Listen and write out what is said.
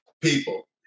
people